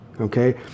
okay